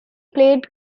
played